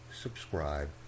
subscribe